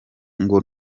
ngo